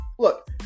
Look